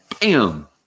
bam